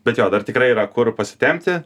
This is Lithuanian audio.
bet jo dar tikrai yra kur pasitempti